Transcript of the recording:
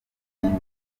mirimo